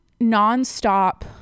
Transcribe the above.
nonstop